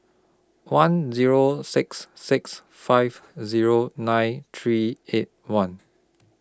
one Zero six six five Zero nine three eight one